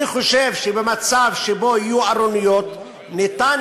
אני חושב שבמצב שיש ארוניות אפשר